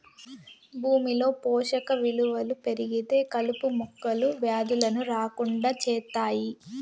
భూమిలో పోషక విలువలు పెరిగితే కలుపు మొక్కలు, వ్యాధులను రాకుండా చేత్తాయి